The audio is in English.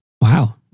Wow